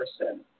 person